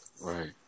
Right